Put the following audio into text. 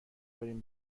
بریم